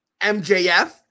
MJF